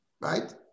Right